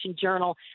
Journal